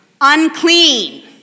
unclean